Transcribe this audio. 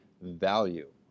value